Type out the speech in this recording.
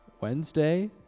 Wednesday